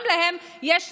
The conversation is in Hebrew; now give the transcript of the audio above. גם להם יש זכויות,